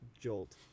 Jolt